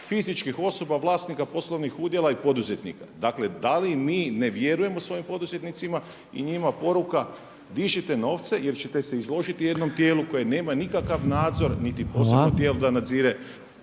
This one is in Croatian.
fizičkih osoba vlasnika poslovnih udjela i poduzetnika. Dakle da li mi ne vjerujemo svojim poduzetnicima i njima poruka, dižite novce jel ćete se izložiti jednom tijelu koje nema nikakav nadzor niti posebno tijelo da nazire